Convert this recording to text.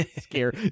scare